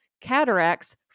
cataracts